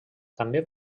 també